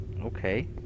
Okay